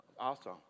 Awesome